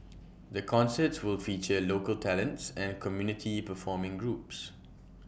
the concerts will feature local talents and community performing groups